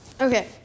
Okay